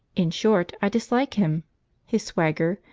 in short, i dislike him his swagger,